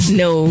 no